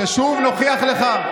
ששוב נוכיח לך,